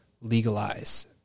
legalize